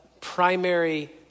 primary